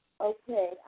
Okay